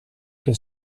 que